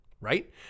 right